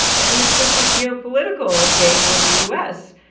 and it's just a geopolitical game with the u s.